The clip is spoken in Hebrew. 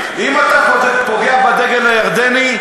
אם אתה פוגע בדגל הירדני,